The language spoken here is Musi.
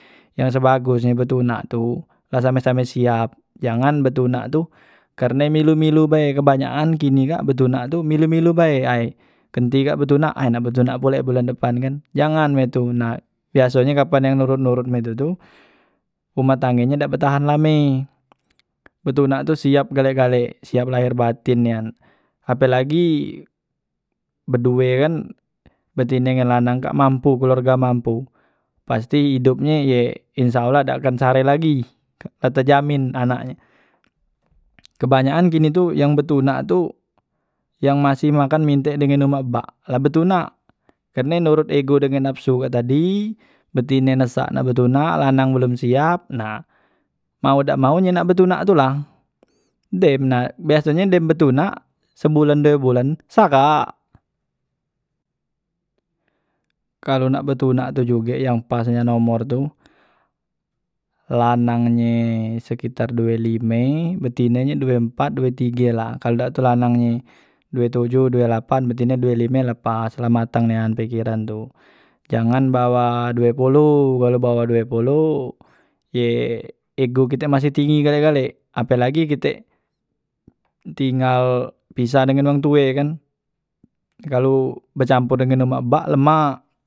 Yang sebagusnye betunak tu la same same siap jangan betunak tu karne milu milu bae, kebanyakan kini kak betunak tu milu milu bae ay genti kak betunak ay nak betunak pule bulan depan kan jangan mak itu nah biasonye kapan nak nurot nurot mak itu tu humah tangganye dak betahan lame betunak tu siap gale- gale siap lahir batin nian apelagi bedue kan betine ngan lanang kak mampu keluarga mampu pasti idupnye ye insyaallah dak akan sareh lagi la tejamin anaknye kebanyakan kini tu yang betunak tu yang masih makan mintek dengan umak bak la betunak karne norot ego dengan napsu kak tadi betine desak nak betunak lanang belom siap nah mau dak mau ye nak betunak tula dem na biasonye dem betunak sebulan due bulan saghak kalu nak betunak tu juge yang pas nian humor tu lanang nye sekitar due lime betine nye due empat due tige la kalu dak tu lanang nye due tojoh due lapan betine due lime la pas la matang nian pikiran tu, jangan bawah due poloh kalu bawah due poloh ye ego kite masih tinggi gale- gale apelagi kite tinggal pisah dengan wang tue kan kalu becampur dengan umak bak lemak.